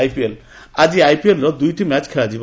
IPL ଆଜି ଆଇପିଏଲର ଦୁଇଟି ମ୍ୟାଚ ଖେଳାଯିବ